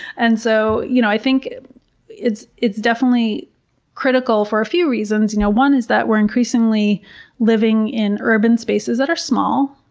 and so you know it's it's definitely critical for a few reasons. you know one is that we're increasingly living in urban spaces that are small,